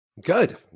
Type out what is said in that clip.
good